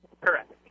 correct